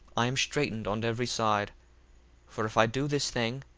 i am straitened on every side for if i do this thing,